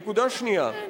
נקודה שנייה,